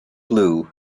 blue